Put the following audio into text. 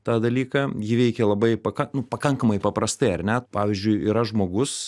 tą dalyką ji veikia labai pakank nu pakankamai paprastai ar ne pavyzdžiui yra žmogus